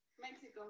Mexico